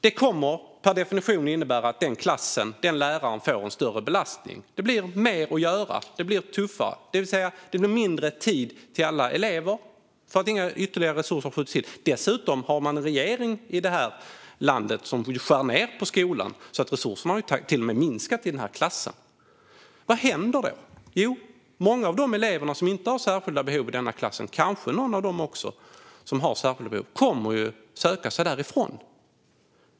Det kommer per definition att innebära att den klassen och den läraren får en större belastning. Det blir mer att göra. Det blir tuffare. Det blir mindre tid till alla elever, då inga ytterligare resurser skjuts till. Dessutom har man i det här landet en regering som skär ned på skolan, så resurserna till klassen har till och med minskat. Vad händer då? Jo, många av de elever i denna klass som inte har särskilda behov, kanske också någon av dem som har särskilda behov, kommer att söka sig därifrån.